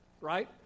Right